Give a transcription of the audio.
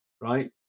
right